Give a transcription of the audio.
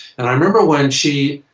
and i remember when she.